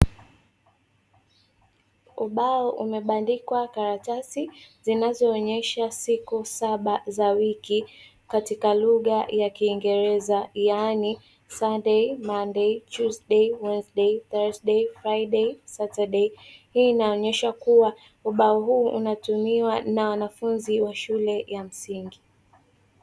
Ubao umebandikwa karatasi zinazoonyesha siku saba za wiki katika lugha ya Kiingereza, yaani Sunday, Monday, Tuesday, Wednesday, Thursday, Friday, Saturday. Hii inaonyesha kuwa ubao huu unatumiwa na wanafunzi wa shule ya msingi.